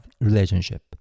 relationship